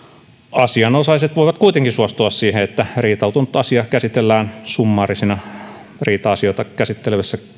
asianosaiset voivat kuitenkin suostua siihen että riitautunut asia käsitellään summaarisia riita asioita käsittelevässä